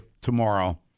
tomorrow